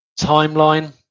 timeline